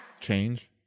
Change